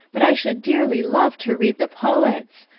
but i should dearly love to read the poets.